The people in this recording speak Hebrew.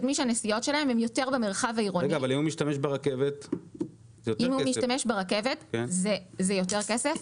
אבל אם הוא משתמש ברכבת זה יותר כסף.